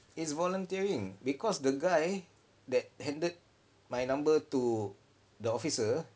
is volunteering because the guy that handed my number to the officer